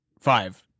five